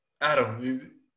Adam